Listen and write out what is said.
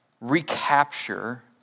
recapture